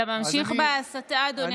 אתה ממשיך בהסתה, אדוני.